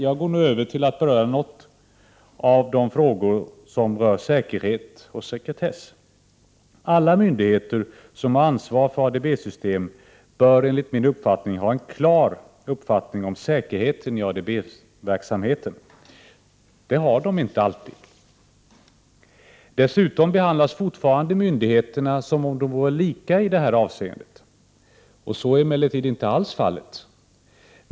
Jag övergår nu till att beröra några av frågorna om säkerhet och sekretess. Alla myndigheter som har ansvar för ADB-system bör ha en klar uppfattning om säkerheten i ADB-verksamheten. Det har de inte alltid. Dessutom behandlas fortfarande myndigheterna som om de vore lika i detta avseende. Så är emellertid inte fallet.